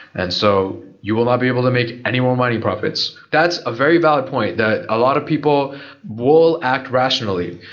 and so you will not be able to make any more money profits that's a very valid point, that a lot of people will act rationally.